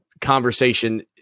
conversation